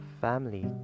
family